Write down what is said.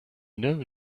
know